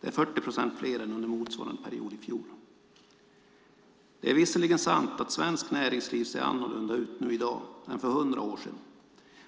Det är 40 procent fler än under motsvarande period i fjol. Det är visserligen sant att svenskt näringsliv ser annorlunda ut i dag än för 100 år sedan.